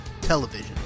television